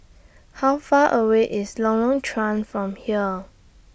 How Far away IS Lorong Chuan from here